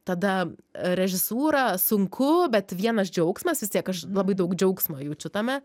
tada režisūra sunku bet vienas džiaugsmas vis tiek aš labai daug džiaugsmo jaučiu tame